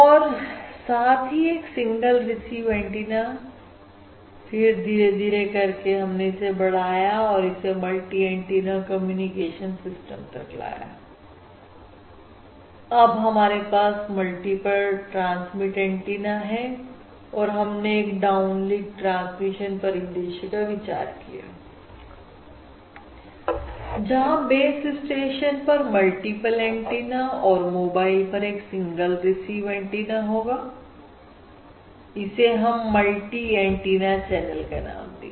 और साथ ही एक सिंगल रिसीव एंटीना धीरे धीरे करके हमने इसे बढ़ाया और इसे मल्टी एंटीना कम्युनिकेशन सिस्टम तक लाया और अब हमारे पास मल्टीपल ट्रांसलेट एंटीना है और हमने एक डाउन लिंक ट्रांसमिशन परिदृश्य का विचार किया जहां बेस स्टेशन पर मल्टीपल एंटीना और मोबाइल पर एक सिंगल रिसीव एंटीना होगा इसे हमने मल्टी एंटीना चैनल का नाम दिया